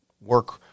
work